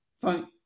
fine